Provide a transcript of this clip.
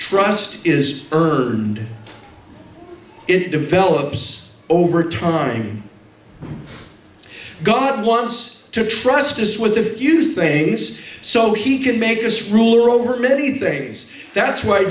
trust is earned it develops over time god wants to trust us with a few things so he can make this rule over many things that's why